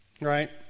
Right